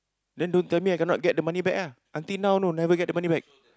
then don't tell me I cannot get the money back ah until now know never get the money back